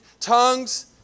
tongues